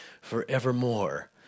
forevermore